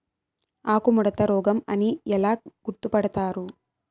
ఆకుముడత రోగం అని ఎలా గుర్తుపడతారు?